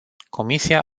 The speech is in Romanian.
comisia